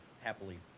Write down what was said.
happily